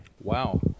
Wow